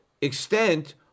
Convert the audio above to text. extent